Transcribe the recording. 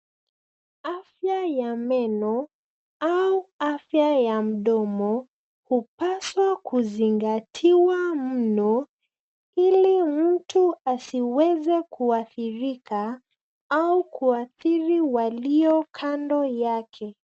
Afya ya meno au afya ya mdomo hupaswa kuzingatiwa mno ili mtu asiweze kuathirika au kuathiri walio kando yake.